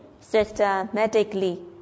systematically